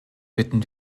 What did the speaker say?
bitten